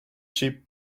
sheep